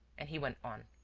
and he went on,